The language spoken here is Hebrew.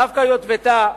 דווקא יטבתה.